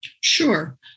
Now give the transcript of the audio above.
Sure